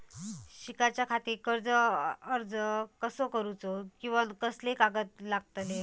शिकाच्याखाती कर्ज अर्ज कसो करुचो कीवा कसले कागद लागतले?